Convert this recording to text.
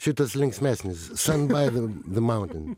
šitas linksmesnis sun by the the mountain